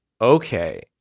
Okay